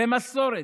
במסורת,